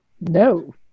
No